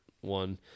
one